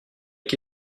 qui